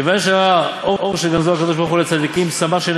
וכיוון שראה אור שגנזו הקדוש-ברוך-הוא לצדיקים שמח,